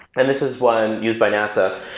and this is one used by nasa,